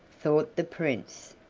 thought the prince,